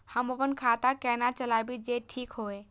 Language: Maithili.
हम अपन खाता केना चलाबी जे ठीक होय?